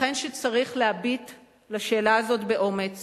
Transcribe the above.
ייתכן שצריך להביט בשאלה הזאת באומץ